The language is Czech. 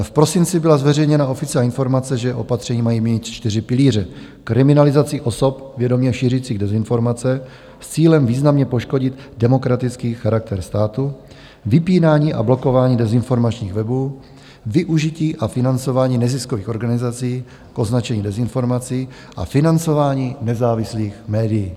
V prosinci byla zveřejněna oficiální informace, že opatření mají mít čtyři pilíře kriminalizaci osob vědomě šířících dezinformace s cílem významně poškodit demokratický charakter státu, vypínání a blokování dezinformačních webů, využití a financování neziskových organizací k označení dezinformací a financování nezávislých médií.